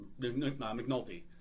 McNulty